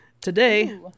today